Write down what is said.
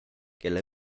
kelle